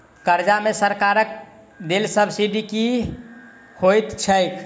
कर्जा मे सरकारक देल सब्सिडी की होइत छैक?